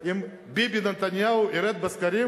אם ביבי נתניהו ירד בסקרים